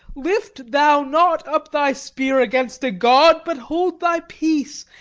lift thou not up thy spear against a god, but hold thy peace,